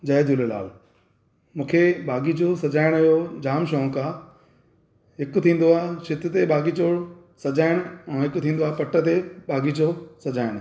जय झूलेलाल मूंखे बाग़ीचो सजाइण जो जाम शौक़ु आहे हिकु थींदो आहे छित ते बाग़ीचो सजाइणु ऐं हिकु थींदो आहे पट बाग़ीचो सजाइणु